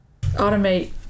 Automate